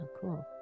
cool